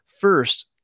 First